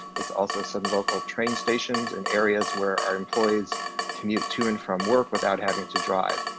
it's also some local train stations and areas where our employees commute to and from work without having to drive.